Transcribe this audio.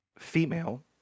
Female